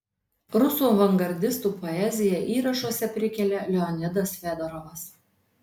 rusų avangardistų poeziją įrašuose prikelia leonidas fedorovas